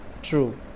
true